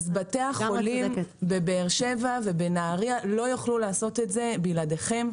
אז בתי החולים בבאר שבע ובנהריה לא יוכלו לעשות את זה בלעדיכם.